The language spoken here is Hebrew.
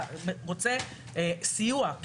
רוצה סיוע.